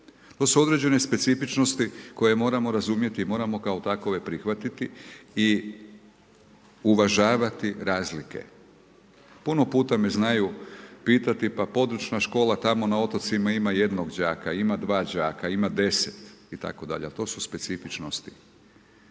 To su određene specifičnosti koje moramo razumjeti i moramo kao takve prihvatiti i uvažavati razlike. Puno puta me znaju pitati pa područna škola tamo na otocima ima jednog đaka, ima dva đaka, ima 10 itd., ali to su specifičnosti.